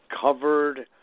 covered